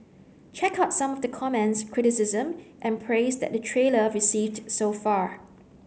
check out some of the comments criticism and praise that the trailer received so far